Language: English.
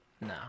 no